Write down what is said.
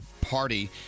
party